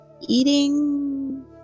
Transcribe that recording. Eating